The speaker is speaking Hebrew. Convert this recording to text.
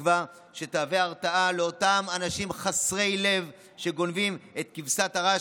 בתקווה שתהווה הרתעה לאותם אנשים חסרי לב שגונבים את כבשת הרש